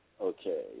Okay